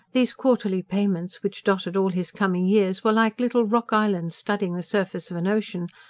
these quarterly payments, which dotted all his coming years, were like little rock-islands studding the surface of an ocean,